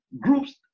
groups